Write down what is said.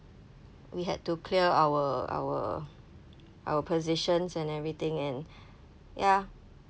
we had to clear our our our positions and everything and ya